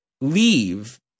leave